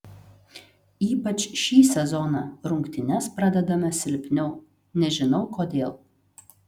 ypač šį sezoną rungtynes pradedame silpniau nežinau kodėl